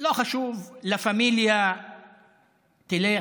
ולא חשוב, לה פמיליה תלך,